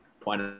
point